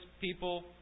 people